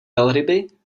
velryby